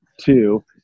two